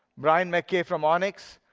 bryan mckay from onix,